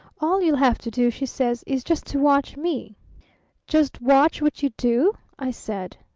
all you'll have to do she says, is just to watch me just watch what you do i said,